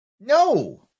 no